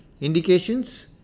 Indications